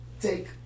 take